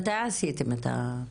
מתי עשיתם את התחקיר?